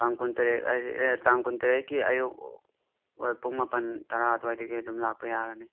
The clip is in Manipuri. ꯇꯥꯡ ꯀꯨꯟ ꯇꯔꯦꯠ ꯍꯥꯏꯁꯦ ꯇꯥꯡ ꯀꯨꯟ ꯇꯔꯦꯠꯀꯤ ꯑꯌꯨꯛ ꯄꯨꯡ ꯃꯥꯄꯟ ꯇꯔꯥ ꯑꯗꯨꯋꯥꯏꯗꯒꯤ ꯑꯗꯨꯝ ꯂꯥꯛꯄ ꯌꯥꯔꯅꯤ